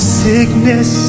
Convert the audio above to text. sickness